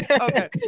Okay